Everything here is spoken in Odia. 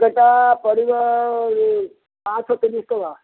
ସେଇଟା ପଡ଼ିବ ପାଞ୍ଚଶହ ତିରିଶ ଟଙ୍କା